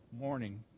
morning